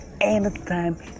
anytime